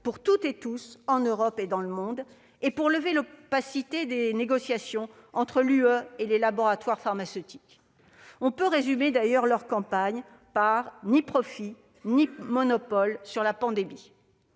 pour toutes et tous en Europe et dans le monde, et pour lever l'opacité des négociations entre l'Union européenne et les laboratoires pharmaceutiques. On peut résumer cette campagne par la formule « ni profits ni monopoles sur la pandémie ».